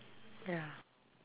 ya